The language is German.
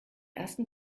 ersten